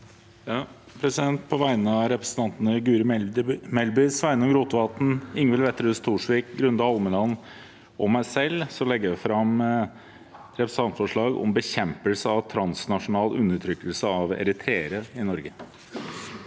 På vegne av represen- tantene Guri Melby, Sveinung Rotevatn, Ingvild Wetrhus Thorsvik, Grunde Almeland og meg selv legger jeg fram et representantforslag om bekjempelse av transnasjonal undertrykkelse av eritreere i Norge.